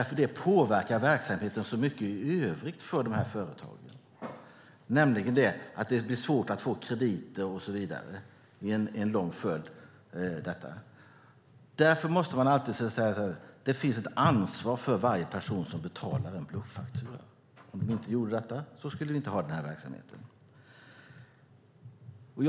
Det påverkar verksamheten så mycket i övrigt för dessa företag, nämligen att det blir svårt att få krediter och så vidare. Därför måste man alltid säga att det finns ett ansvar för varje person som betalar en bluffaktura. Om man inte gjorde detta skulle inte den här verksamheten finnas.